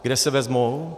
Kde se vezmou?